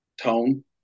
tone